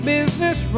Business